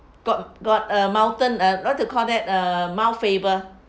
got got a mountain err what to call that err mount faber